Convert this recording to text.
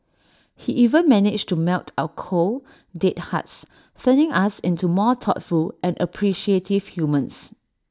he even managed to melt our cold dead hearts turning us into more thoughtful and appreciative humans